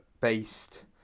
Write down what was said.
based